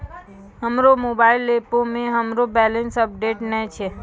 हमरो मोबाइल एपो मे हमरो बैलेंस अपडेट नै छै